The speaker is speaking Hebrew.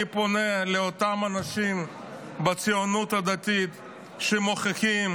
אני פונה לאותם אנשים בציונות הדתית שמוכיחים